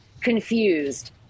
confused